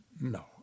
no